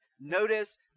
Notice